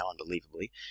unbelievably